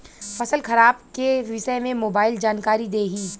फसल खराब के विषय में मोबाइल जानकारी देही